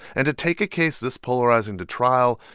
and to take a case this polarizing to trial,